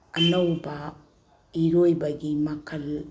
ꯑꯅꯧꯕ ꯏꯔꯣꯏꯕꯒꯤ ꯃꯈꯜ